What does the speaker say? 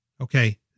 Okay